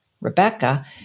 Rebecca